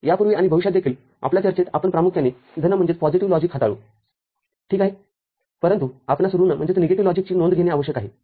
यापूर्वी आणि भविष्यात देखील आपल्या चर्चेत आपण प्रामुख्याने धन लॉजिक हाताळू ठीक आहेपरंतु आपणास ऋणलॉजिकची नोंद घेणे आवश्यक आहे